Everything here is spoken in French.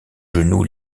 genoux